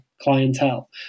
clientele